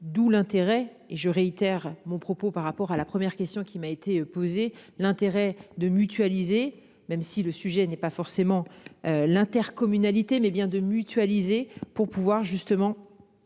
d'où l'intérêt, et je réitère mon propos par rapport à la première question qui m'a été posée l'intérêt de mutualiser, même si le sujet n'est pas forcément l'intercommunalité mais bien de mutualiser pour pouvoir justement.